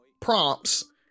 prompts